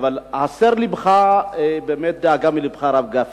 אבל הסר דאגה מלבך, הרב גפני,